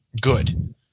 good